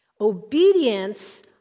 Obedience